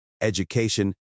education